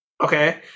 Okay